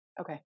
Okay